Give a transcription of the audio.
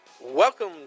Welcome